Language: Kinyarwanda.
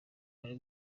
muri